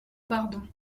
bardon